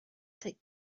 take